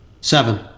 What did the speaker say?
seven